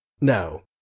no